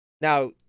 Now